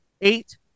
eight